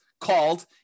called